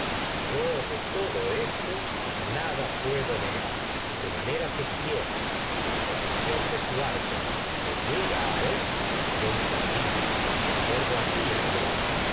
yo de todo esto nada tragedias de sófocles puedo arco vez negar de a manera que si él en posesión de sú a me por llega esto ver estoy es perdido y te pierdo que ti a la